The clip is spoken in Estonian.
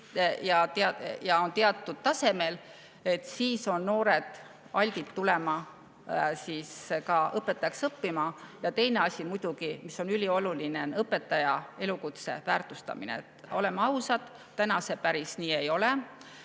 ja on teatud tasemel, siis on noored altid tulema ka õpetajaks õppima. Ja teine asi, mis muidugi on ülioluline: õpetaja elukutse väärtustamine. Oleme ausad, täna see päris nii ei ole,